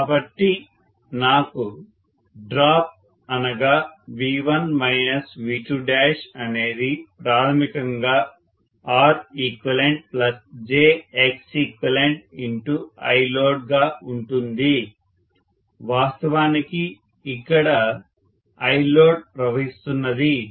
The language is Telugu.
కాబట్టి నాకు డ్రాప్ అనగా V1 V2 అనేది ప్రాథమికంగా ReqjXeqILoad గా ఉంటుంది వాస్తవానికి ఇక్కడ ILoad ప్రవహిస్తున్నది